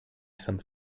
some